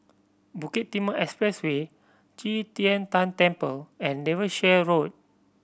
Bukit Timah Expressway Qi Tian Tan Temple and Devonshire Road